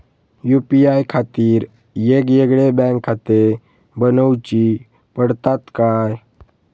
UPI खातीर येगयेगळे बँकखाते बनऊची पडतात काय?